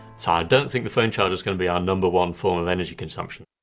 so i don't think the phone charger's going to be our number one form of energy consumption.